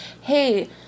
hey